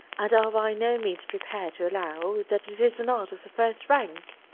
and are by no means prepared to allow that it is an art of the first rank.